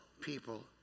people